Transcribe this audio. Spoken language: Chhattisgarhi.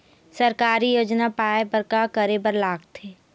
सरकारी योजना पाए बर का करे बर लागथे?